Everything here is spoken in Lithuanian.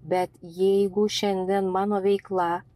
bet jeigu šiandien mano veikla